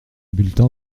bulletin